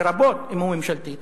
לרבות אם הוא ממשלתי.